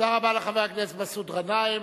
תודה רבה לחבר הכנסת מסעוד גנאים.